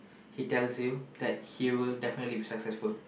he tells you that he'll definitely be successful